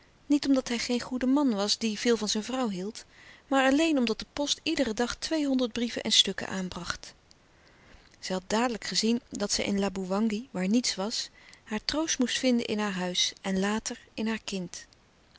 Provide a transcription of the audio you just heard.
niet omdat hij geen goede man was die veel van zijn vrouw hield maar alleen omdat de post iederen dag tweehonderd brieven en stukken aanbracht zij had dadelijk gezien dat zij in laboewangi waar niets was haar troost moest vinden in haar huis en later in haar kind